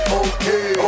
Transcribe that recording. okay